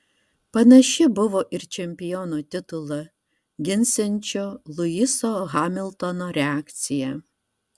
panaši buvo ir čempiono titulą ginsiančio luiso hamiltono reakcija